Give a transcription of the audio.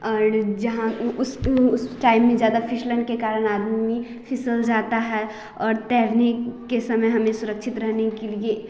और जहाँ उस टाइम में ज्यादा फिसलन के कारण आदमी फिसल जाता है और तैरने के समय हमें सुरक्षित रहने के लिए